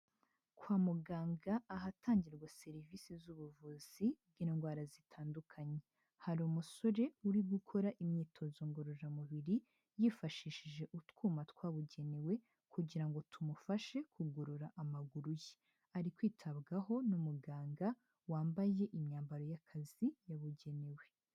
Kwa muganga ahatangirwa serivisi z'ubuvuzi bw'indwara zitandukanye, hari umusore uri gukora imyitozo ngororamubiri yifashishije utwuma twabugenewe kugira ngo tumufashe kugorora amaguru ye, ari kwitabwaho na muganga wambaye imyambaro y'akazi yabugenewe.